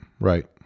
Right